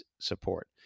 support